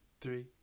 three